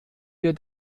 wir